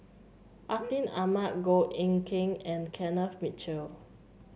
Atin Amat Goh Eck Kheng and Kenneth Mitchell